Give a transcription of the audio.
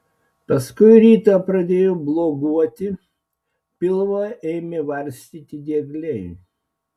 paskui rytą pradėjo bloguoti pilvą ėmė varstyti diegliai